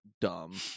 dumb